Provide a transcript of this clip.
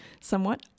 somewhat